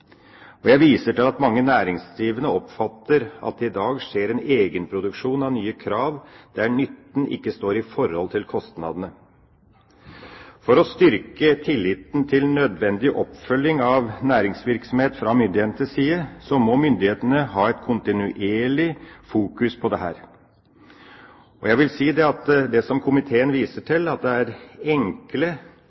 Jeg viser til at mange næringsdrivende oppfatter at det i dag skjer en egenproduksjon av nye krav der nytten ikke står i forhold til kostnadene. For å styrke tilliten til nødvendig oppfølging av næringsvirksomhet fra myndighetenes side, må myndighetene ha et kontinuerlig fokus på dette. Jeg vil si at det komiteen viser til, er enkle og godt gjennomarbeidede regelverk, som er det rimeligste og mest effektive. Men dette godt gjennomtenkte og enkle